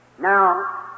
Now